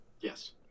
Yes